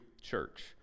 Church